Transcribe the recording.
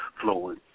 flowing